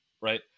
right